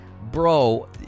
bro